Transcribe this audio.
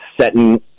setting